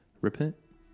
repent